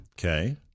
Okay